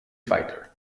fighter